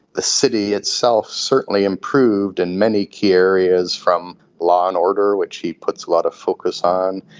the city itself certainly improved in many key areas, from law and order, which he puts a lot of focus on,